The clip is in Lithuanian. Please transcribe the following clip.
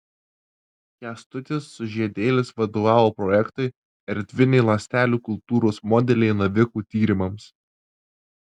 kęstutis sužiedėlis vadovavo projektui erdviniai ląstelių kultūrų modeliai navikų tyrimams